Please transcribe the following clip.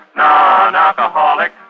non-alcoholic